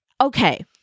okay